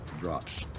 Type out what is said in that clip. drops